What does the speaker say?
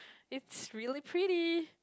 it's really pretty